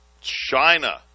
China